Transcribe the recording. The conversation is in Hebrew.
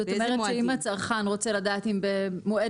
זאת אומרת שאם הצרכן רוצה לדעת אם במועד